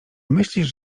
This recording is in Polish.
myślisz